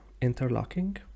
interlocking